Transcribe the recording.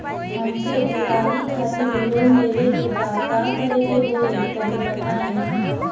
हमके दीवाली खातिर लोन लेवे के बा का करे के होई तनि बताई?